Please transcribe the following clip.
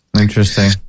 Interesting